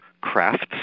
crafts